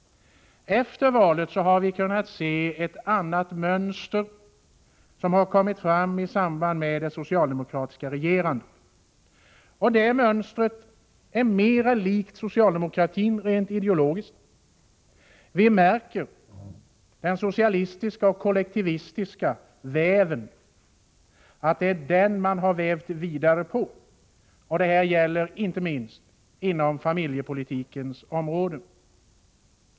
Efter valet har vi kunnat se ett annat mönster, som har kommit fram i samband med det socialdemokratiska regerandet. Detta mönster är mera likt socialdemokratin rent ideologiskt. Vi märker att man har vävt vidare på den socialistiska och kollektivistiska väven. Det gäller inte minst inom familjepolitikens område.